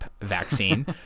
vaccine